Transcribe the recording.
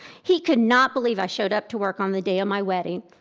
he could not believe i showed up to work on the day of my wedding.